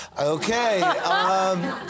Okay